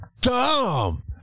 dumb